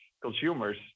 consumers